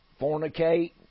fornicate